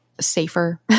safer